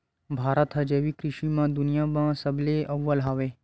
भारत हा जैविक कृषि मा दुनिया मा सबले अव्वल हवे